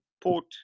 port